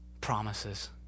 promises